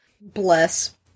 Bless